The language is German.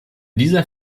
dieser